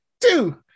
two